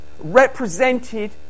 represented